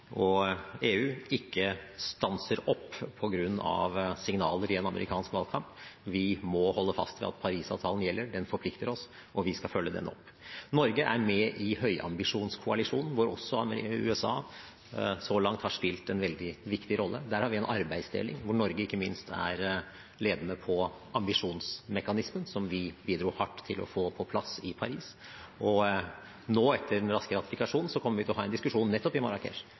og EU ikke stanser opp på grunn av signaler i en amerikansk valgkamp. Vi må holde fast ved at Paris-avtalen gjelder. Den forplikter oss, og vi skal følge den opp. Norge er med i Høyambisjonskoalisjonen, hvor også USA så langt har spilt en veldig viktig rolle. Der har vi en arbeidsdeling hvor Norge ikke minst er ledende på ambisjonsmekanismen, som vi bidro hardt til å få på plass i Paris. Og nå, etter den raske ratifikasjonen, kommer vi til å ha en diskusjon i Marrakech nettopp